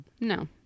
No